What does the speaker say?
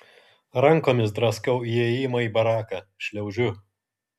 rankomis draskau įėjimą į baraką šliaužiu